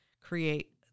create